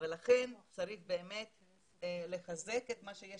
לכן צריך לחזק את מה שיש,